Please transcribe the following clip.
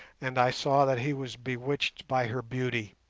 and i saw that he was bewitched by her beauty.